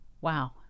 Wow